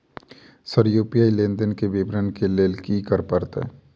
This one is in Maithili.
सर यु.पी.आई लेनदेन केँ विवरण केँ लेल की करऽ परतै?